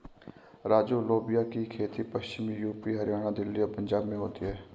राजू लोबिया की खेती पश्चिमी यूपी, हरियाणा, दिल्ली, पंजाब में होती है